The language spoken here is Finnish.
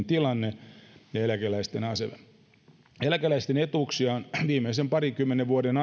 tilanne ja eläkeläisten asema eläkeläisten etuuksia on viimeisten parinkymmenen vuoden